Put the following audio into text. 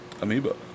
Amoeba